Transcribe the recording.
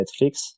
Netflix